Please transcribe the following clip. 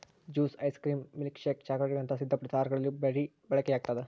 juice ice cream milkshake ಚಾಕೊಲೇಟ್ಗುಳಂತ ಸಿದ್ಧಪಡಿಸಿದ ಆಹಾರಗಳಲ್ಲಿ ಬೆರಿ ಬಳಕೆಯಾಗ್ತದ